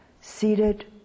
seated